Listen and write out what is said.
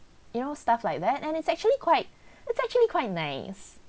you know stuff like that and it's actually quite it's actually quite nice